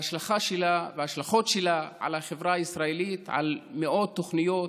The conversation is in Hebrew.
וההשלכות שלה על החברה הישראלית, על מאות תוכניות,